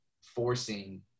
forcing